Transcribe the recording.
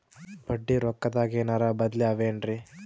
ಬಡ್ಡಿ ರೊಕ್ಕದಾಗೇನರ ಬದ್ಲೀ ಅವೇನ್ರಿ?